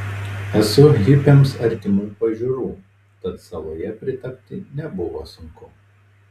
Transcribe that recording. esu hipiams artimų pažiūrų tad saloje pritapti nebuvo sunku